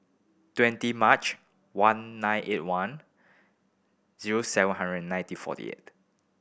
twenty March one nine eight one zero seven hundred and nineteen forty eight